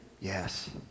yes